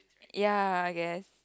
ya I guess